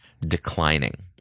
declining